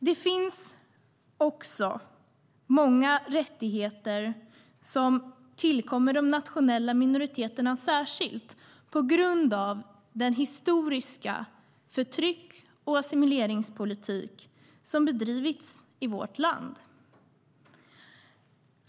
Det finns också många rättigheter som särskilt gäller de nationella minoriteterna, på grund av den historiska förtryckar och assimileringspolitik som har bedrivits i vårt land.